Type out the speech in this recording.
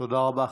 תודה רבה.